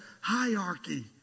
hierarchy